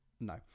No